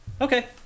Okay